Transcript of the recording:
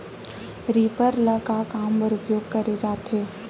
Reaper ल का काम बर उपयोग करे जाथे?